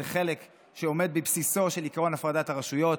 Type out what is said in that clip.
זה חלק שעומד בבסיסו של עקרון הפרדת הרשויות,